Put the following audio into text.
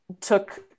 took